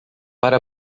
para